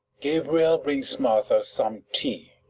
gabriel brings martha some tea.